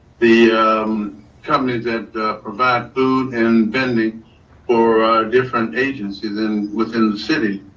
the um companies that provide food and vending or a different agency within within the city.